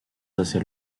hacia